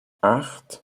acht